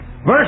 verse